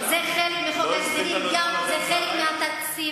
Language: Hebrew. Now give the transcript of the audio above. זה חלק מחוק ההסדרים, זה חלק מהתקציב.